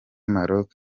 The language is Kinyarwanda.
maroc